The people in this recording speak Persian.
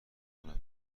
کنم